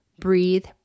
breathe